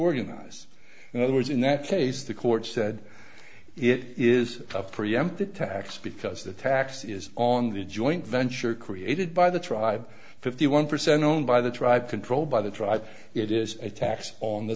organize and it was in that case the court said it is a preemptive tax because the tax is on the joint venture created by the tribe fifty one percent owned by the tribe controlled by the tribe it is a tax on the